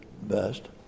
best